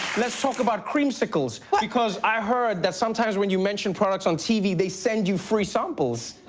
let's talk about creamsicles. wha because i heard that sometimes when you mention products on tv they send you free samples.